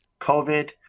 COVID